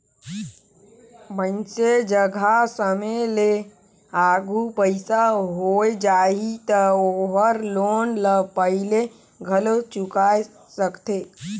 मइनसे जघा समे ले आघु पइसा होय जाही त ओहर लोन ल पहिले घलो चुकाय सकथे